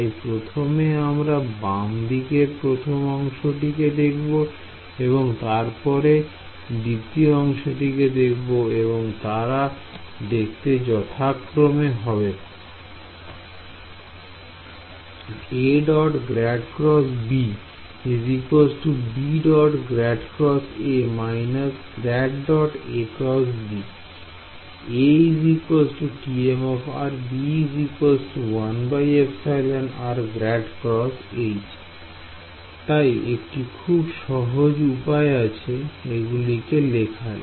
তাই প্রথমে আমরা বামদিকের প্রথম অংশটি দেখব এবং তারপরে দ্বিতীয় অংশটি দেখব এবং তারা দেখতে যথাক্রমে হবে তাই একটি খুব সহজ উপায় আছে এগুলিকে লেখার